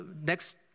next